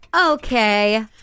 okay